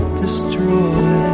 destroy